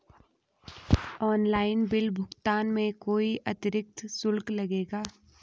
Online bill भुगतान में कोई अतिरिक्त शुल्क लगेगा?